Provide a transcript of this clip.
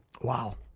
Wow